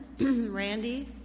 Randy